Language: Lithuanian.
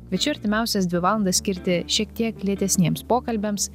kviečiu artimiausias dvi valandas skirti šiek tiek lėtesniems pokalbiams